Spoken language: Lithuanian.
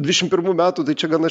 dvidešim pirmų metų tai čia gana